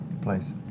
place